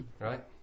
Right